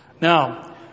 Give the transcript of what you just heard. Now